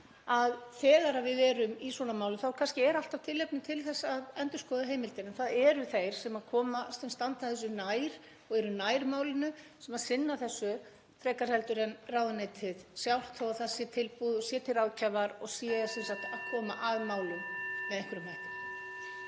að þegar við erum í svona málum þá er kannski alltaf tilefni til að endurskoða heimildir. En það eru þeir sem standa þessu nær og eru nær málinu sem sinna þessu frekar heldur en ráðuneytið sjálft, þó að það sé tilbúið og sé til ráðgjafar og sé að koma að málum með einhverjum hætti.